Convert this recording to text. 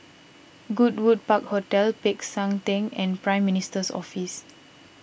Goodwood Park Hotel Peck San theng and Prime Minister's Office